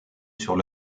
sur